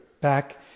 back